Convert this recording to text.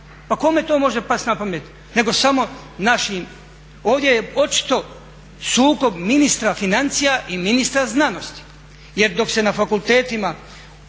Pa kome to može past na pamet nego samo našim. Ovdje je očito sukob ministra financija i ministra znanosti, jer dok se na fakultetima,